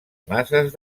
masses